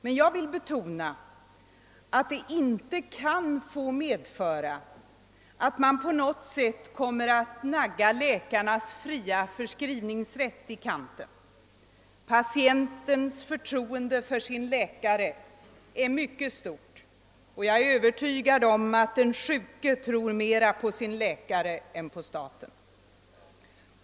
Men jag vill betona att det inte kan få medföra att man på något sätt kommer att nagga läkarnas fria förskrivningsrätt i kanten. Patientens förtroende för sin läkare är mycket stort, och jag är övertygad om att den sjuke litar mera på sin läkare än på staten.